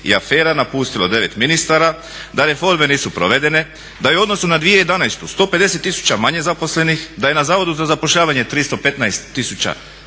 i afera napustilo 9 ministara, da reforme nisu provedene, da je u odnosu na 2011. 150 tisuća manje zaposlenih, da je na Zavodu za zapošljavanje 315 tisuća